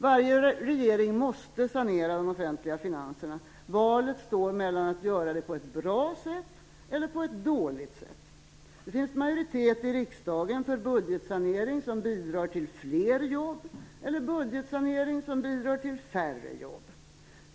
Varje regering måste sanera de offentliga finanserna - valet står mellan att göra det på ett bra sätt eller på ett dåligt sätt. Det finns majoritet i riksdagen för budgetsanering som bidrar till fler jobb eller budgetsanering som bidrar till färre jobb.